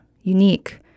unique